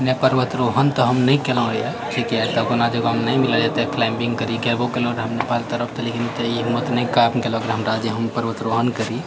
नहि पर्वतरोहण तऽ हम नहि केलहुँ हंँ किआकि ऐसे कोनो जगह नहि गेलहुँ हंँ जेतय क्लाइम्बिङ्ग करि गेबो केलहुंँ तऽ हम नेपाल तरफ तऽ लेकिन ओतए ई हिम्मत नहि काम केलक हमरा जे हम पर्वतरोहण करि